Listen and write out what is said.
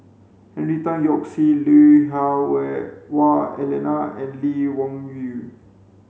Henry Tan Yoke See Lui Hah Wei Wah Elena and Lee Wung Yew